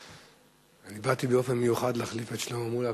אני באתי באופן מיוחד להחליף אותך,